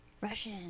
Russian